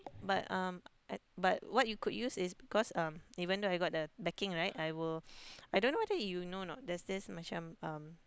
but um I but what you could use is because um even though I got the backing right I will I don't know whether you know or not there's there's macam um